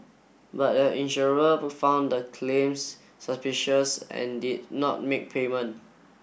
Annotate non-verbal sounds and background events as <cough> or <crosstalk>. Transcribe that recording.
but a insurer <unintelligible> found the claims suspicious and did not make payment